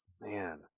Man